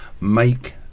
make